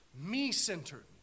me-centered